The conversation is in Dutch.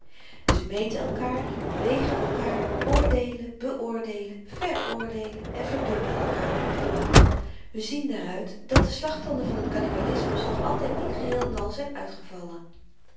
ze meten elkaar wegen elkaar oordeelen beoordeelen veroordeelen en verdoemen elkaar we zien daaruit dat de slagtanden van t kannibalismus nog altyd niet geheel-en-al zyn uitgevallen